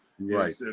Right